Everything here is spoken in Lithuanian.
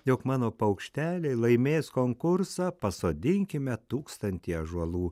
jog mano paukšteliai laimės konkursą pasodinkime tūkstantį ąžuolų